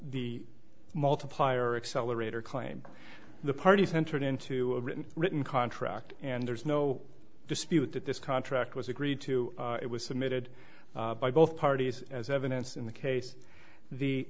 the multiplier accelerator claim the parties entered into a written written contract and there is no dispute that this contract was agreed to it was submitted by both parties as evidence in the case the